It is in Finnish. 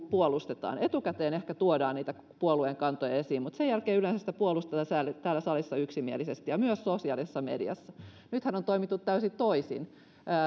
puolustetaan etukäteen ehkä tuodaan niitä puolueen kantoja esiin mutta sen jälkeen sitä yleensä puolustetaan täällä salissa yksimielisesti ja myös sosiaalisessa mediassa nythän on toimittu täysin toisin